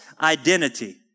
identity